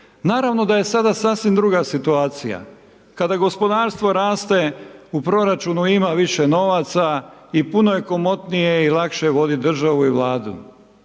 Naravno da je sada sasvim druga situacija. Kada gospodarstvo raste, u proračunu ima više novaca i puno je komotnije i lakše voditi državu i Vladu.